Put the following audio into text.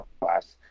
class